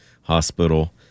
hospital